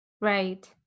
Right